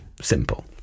Simple